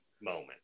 moment